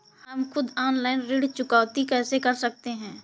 हम खुद ऑनलाइन ऋण चुकौती कैसे कर सकते हैं?